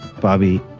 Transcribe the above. bobby